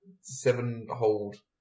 seven-hold